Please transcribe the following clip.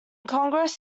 congress